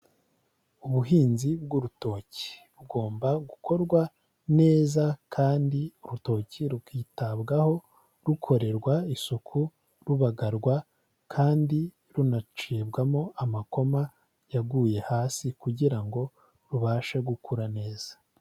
Ubuhinzi bw'urutoki bugomba gukorwa neza kandi urutoki rukitabwaho, rukorerwa isuku, rubagarwa kandi runacibwamo amakoma yaguye hasi kugira ngo rubashe gukura neza.